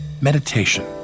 Meditation